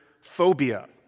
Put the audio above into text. phobia